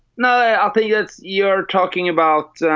no, i ah think that you're talking about